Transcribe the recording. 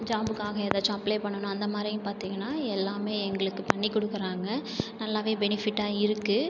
ஜாப்புக்காக ஏதாச்சும் அப்ளே பண்ணனும் அந்த மாதிரியும் பார்த்திங்கனா எல்லாமே எங்களுக்குப் பண்ணிக் கொடுக்குறாங்க நல்லாவே பெனிஃபிட்டாக இருக்கு